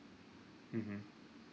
mmhmm